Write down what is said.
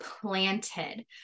planted